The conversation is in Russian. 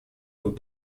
друг